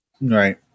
right